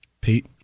Pete